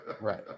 Right